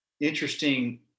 interesting